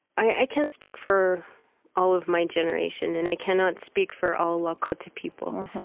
i can't speak for all of my generation, and i cannot speak for all lakota people.